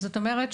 זאת אומרת,